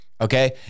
okay